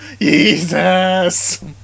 Jesus